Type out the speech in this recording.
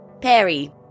Perry